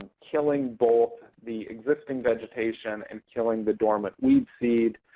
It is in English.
and killing both the existing vegetation and killing the dormant weed seed,